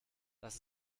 das